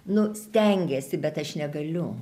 nu stengiasi bet aš negaliu